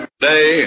Today